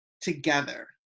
together